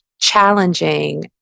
challenging